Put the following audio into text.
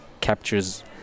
captures